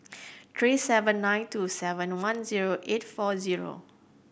three seven nine two seven one zero eight four zero